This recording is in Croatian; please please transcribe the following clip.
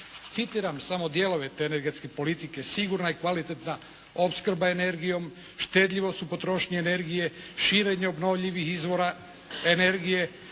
Citiram samo dijelove te energetske politike: "sigurna i kvalitetna opskrba energijom, štedljivost u potrošnji energije, širenje obnovljivih izvora energije,